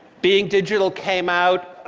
being digital came out.